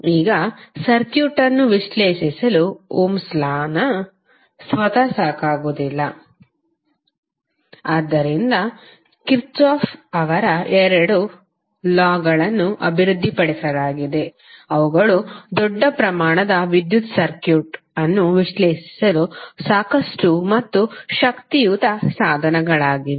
ಈಗ ಸರ್ಕ್ಯೂಟ್ ಅನ್ನು ವಿಶ್ಲೇಷಿಸಲು ಓಮ್ಸ್ ಲಾ Ohm's Law ಸ್ವತಃ ಸಾಕಾಗುವುದಿಲ್ಲ ಆದ್ದರಿಂದ ಕಿರ್ಚಾಫ್Kirchhoff's ಅವರ ಎರಡು ಲಾಗಳನ್ನು ಅಭಿವೃದ್ಧಿಪಡಿಸಲಾಗಿದೆ ಅವುಗಳು ದೊಡ್ಡ ಪ್ರಮಾಣದ ವಿದ್ಯುತ್ ಸರ್ಕ್ಯೂಟ್ ಅನ್ನು ವಿಶ್ಲೇಷಿಸಲು ಸಾಕಷ್ಟು ಮತ್ತು ಶಕ್ತಿಯುತ ಸಾಧನಗಳಾಗಿವೆ